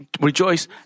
rejoice